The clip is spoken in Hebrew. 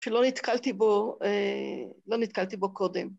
שלא נתקלתי, אה, לא נתקלתי בו קודם.